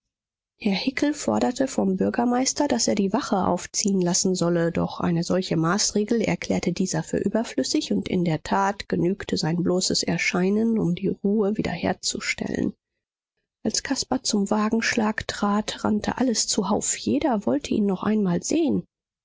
herr hickel forderte vom bürgermeister daß er die wache aufziehen lassen solle doch eine solche maßregel erklärte dieser für überflüssig und in der tat genügte sein bloßes erscheinen um die ruhe wiederherzustellen als caspar zum wagenschlag trat rannte alles zuhauf jeder wollte ihn noch einmal sehen